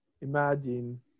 imagine